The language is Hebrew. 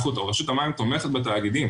רשות המים תומכת בתאגידים.